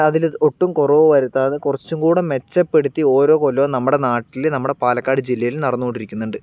അതില് ഒട്ടും കുറവു വരുത്താതെ കുറച്ചും കൂടി മെച്ചപ്പെടുത്തി ഓരോ കൊല്ലവും നമ്മുടെ നാട്ടിൽ നമ്മുടെ പാലക്കാട് ജില്ലയിൽ നടന്നുകൊണ്ടിരിക്കുന്നുണ്ട്